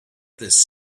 this